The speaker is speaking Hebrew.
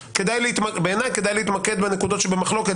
בעיניי כדאי להתמקד בנקודות שבמחלוקת